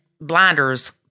blinders